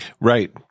Right